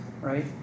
right